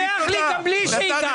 שמח לי גם בלי שהגעת.